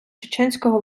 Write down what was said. чеченського